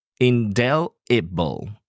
Indelible